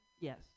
yes